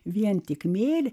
vien tik meilė